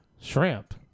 Shrimp